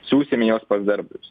siųsime juos pas darbdavius